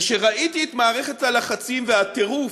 וכשראיתי את מערכת הלחצים והטירוף,